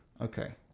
Okay